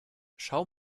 schau